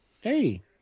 Hey